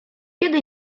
kiedy